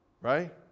Right